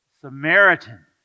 Samaritan